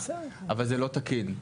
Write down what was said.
אבל זה לא תקין.